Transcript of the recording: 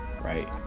right